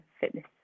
fitness